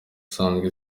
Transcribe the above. isanzwe